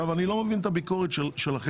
אני לא מבין את הביקורת שלכם,